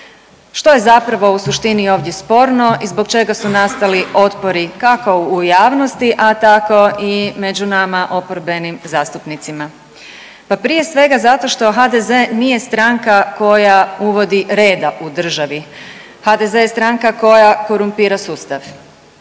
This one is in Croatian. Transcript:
Što je zapravo u suštini ovdje sporno i zbog čega su nastali otpori, kako u javnosti, a tako i među nama oporbenim zastupnicima. Pa prije svega, zato što HDZ nije stranka koja uvodi reda u državi. HDZ je stanka koja korumpira sustav